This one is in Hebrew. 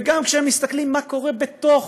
וגם כשמסתכלים מה קורה בתוך